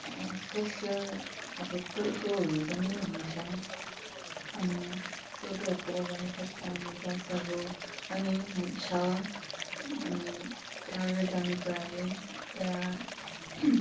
social अब टोटोहरू पनि हुन्छ अनि टोटोहरूतिर जानु सक्छ अनि बसहरू पनि छ हामी टाढो जानुको लागिन् त्यहाँबाट